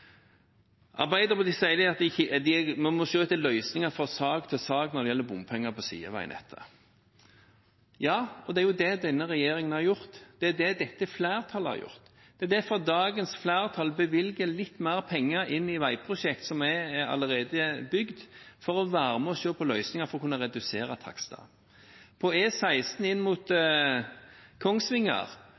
Arbeiderpartiet sier at man må se etter løsninger fra sak til sak når det gjelder bompenger på sideveinettet. Det er jo det denne regjeringen har gjort, det er det dette flertallet har gjort. Det er derfor dagens flertall bevilger litt mer penger til veiprosjekter som er allerede bygd, for å være med og se på løsninger som kan redusere takstene. På E16 inn mot Kongsvinger